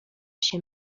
się